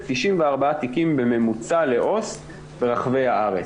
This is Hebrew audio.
94 תיקים בממוצע לעו"ס ברחבי הארץ.